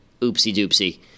oopsie-doopsie